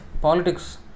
politics